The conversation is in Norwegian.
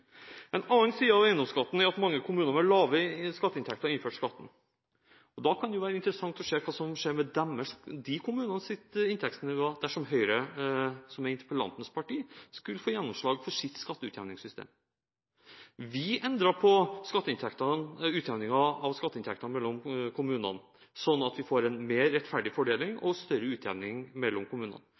En annen side av eiendomsskatten er at mange kommuner med lave skatteinntekter har innført skatten. Da kan det være interessant å se på hva som vil skje med disse kommunenes inntektsnivå dersom f.eks. Høyre, som er interpellantens parti, skulle få gjennomslag for sitt skatteutjevningssystem. Vi har endret på utjevningen av skatteinntektene mellom kommunene, slik at vi får en mer rettferdig fordeling og større utjevning mellom kommunene.